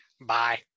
Bye